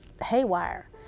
haywire